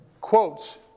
quotes